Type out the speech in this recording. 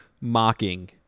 mocking